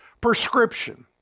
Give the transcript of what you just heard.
prescription